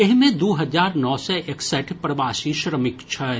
एहि मे दू हजार नओ सय एकसठि प्रवासी श्रमिक छथि